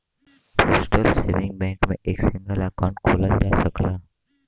postal saving bank में एक single account खोलल जा सकला